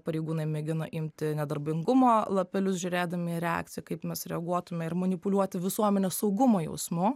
pareigūnai mėgina imti nedarbingumo lapelius žiūrėdami reakciją kaip mes reaguotume ir manipuliuoti visuomenės saugumo jausmu